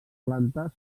plantes